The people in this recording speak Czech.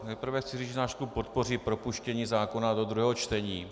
Nejprve chci říct, že náš klub podpoří propuštění zákona do druhého čtení.